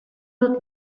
dut